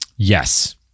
Yes